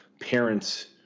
parents